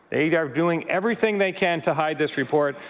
they they are doing everything they can to hide this report,